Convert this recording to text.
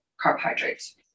carbohydrates